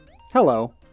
Hello